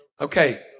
Okay